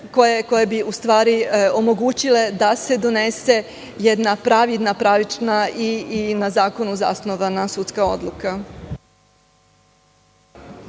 koje bi u stvari omogućile da se donese jedna pravilna, pravična i na zakonu zasnovana sudska odluka.